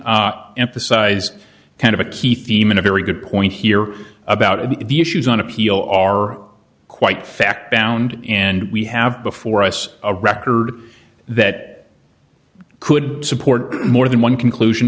carson emphasized kind of a key theme in a very good point here about the issues on appeal are quite fact bound and we have before us a record that could support more than one conclusion